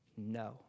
no